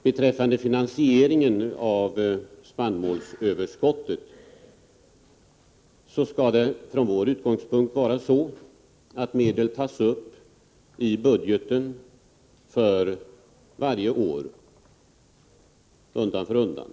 Beträffande finansieringen av spannmålsöverskottet, så skall det från vår utgångspunkt sett vara så att medel tas upp i budgeten för varje år, undan för undan.